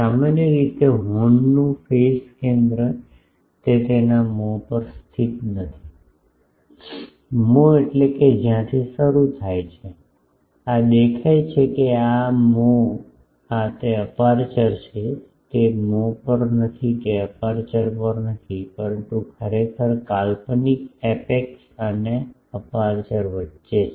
સામાન્ય રીતે હોર્નનું ફેઝ કેન્દ્ર તે તેના મોં પર સ્થિત નથી મોં એટલે કે જ્યાંથી શરૂ થાય છે આ દેખાય છે આ મોં આ તે અપેર્ચર છે તે મોં પર નથી તે અપેર્ચર પર નથી પરંતુ ખરેખર કાલ્પનિક એપેક્સ અને અપેર્ચર વચ્ચે છે